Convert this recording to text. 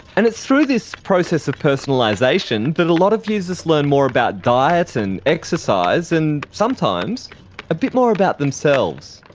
and it's through this process of personalisation that a lot of users learn more about diet and exercise, and sometimes a bit more about themselves.